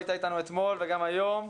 היית איתנו אתמול וגם היום.